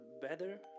better